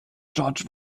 george